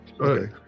okay